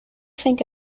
think